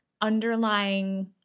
underlying